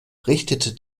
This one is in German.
richtete